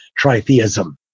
tritheism